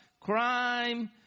crime